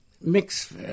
mix